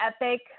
epic